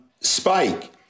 Spike